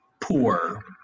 poor